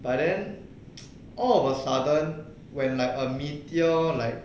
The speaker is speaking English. but then all of a sudden when like a meteor like